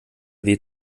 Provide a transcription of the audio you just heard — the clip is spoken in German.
weh